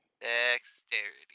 Dexterity